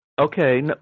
Okay